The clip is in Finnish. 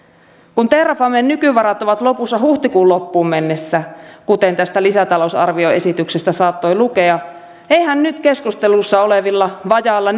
kun terrafamen nykyvarat ovat lopussa huhtikuun loppuun mennessä kuten tästä lisätalousarvioesityksestä saattoi lukea eihän nyt keskustelussa olevalla vajaalla